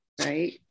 Right